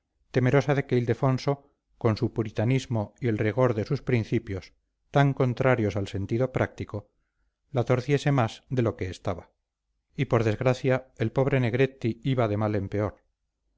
temerosa de que ildefonso con su puritanismo y el rigor de sus principios tan contrarios al sentido práctico la torciese más de lo que estaba y por desgracia el pobre negretti iba de mal en peor